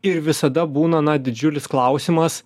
ir visada būna na didžiulis klausimas